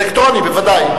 אלקטרונית, בוודאי.